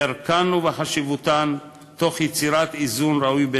בערכן ובחשיבותן, תוך יצירת איזון ראוי.